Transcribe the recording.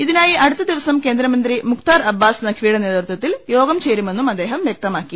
ഇതിനായി അടുത്ത ദിവസം കേന്ദ്രമന്ത്രി മുഖ്താർ അബ്ബാസ് നഖ്വിയുടെ നേതൃ ത്വത്തിൽ യോഗം ചേരുമെന്നും അദ്ദേഹം വൃക്തമാക്കി